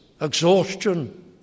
exhaustion